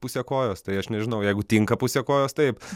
pusę kojos tai aš nežinau jeigu tinka pusę kojos taip